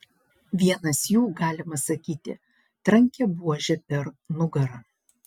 vienas jų galima sakyti trankė buože per nugarą